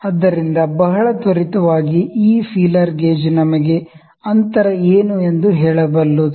ಆದ್ದರಿಂದ ಬಹಳ ತ್ವರಿತವಾಗಿ ಈ ಫೀಲರ್ ಗೇಜ್ ನಮಗೆ ಅಂತರ ಏನು ಎಂದು ಹೇಳಬಲ್ಲದು